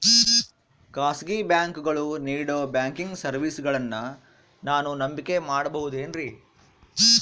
ಖಾಸಗಿ ಬ್ಯಾಂಕುಗಳು ನೇಡೋ ಬ್ಯಾಂಕಿಗ್ ಸರ್ವೇಸಗಳನ್ನು ನಾನು ನಂಬಿಕೆ ಮಾಡಬಹುದೇನ್ರಿ?